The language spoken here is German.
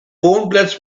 wohnplatz